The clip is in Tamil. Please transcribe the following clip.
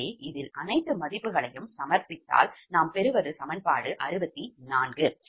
எனவே இதில் அனைத்து மதிப்புகளையும் சமர்ப்பித்தால் நாம் பெறுவது சமன்பாடு 64